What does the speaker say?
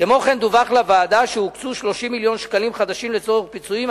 כמו כן דווח לוועדה שהוקצו 30 מיליון ש"ח לצורך פיצויים,